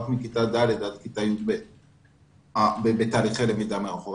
מכיתה ד' עד כיתה י"ב בתהליכי למידה מרחוק.